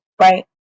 right